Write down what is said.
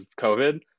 COVID